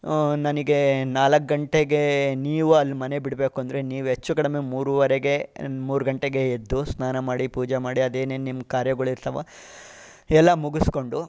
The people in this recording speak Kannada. ನನಗೆ ನಾಲ್ಕು ಗಂಟೆಗೆ ನೀವು ಅಲ್ಲಿ ಮನೆ ಬಿಡಬೇಕು ಅಂದರೆ ನೀವು ಹೆಚ್ಚು ಕಡಿಮೆ ಮೂರುವರೆಗೆ ಮೂರು ಗಂಟೆಗೆ ಎದ್ದು ಸ್ನಾನ ಮಾಡಿ ಪೂಜೆ ಮಾಡಿ ಅದೇನೇನು ನಿಮ್ಮ ಕಾರ್ಯಗಳು ಇರ್ತಾವ ಎಲ್ಲ ಮುಗಿಸ್ಕೊಂಡು